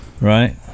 Right